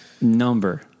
number